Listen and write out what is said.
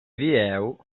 dieu